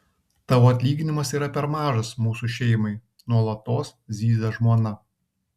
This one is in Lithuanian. tavo atlyginimas yra per mažas mūsų šeimai nuolatos zyzia žmona